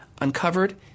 uncovered